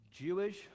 jewish